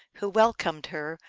who welcomed her,